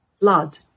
blood